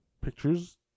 pictures